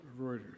Reuters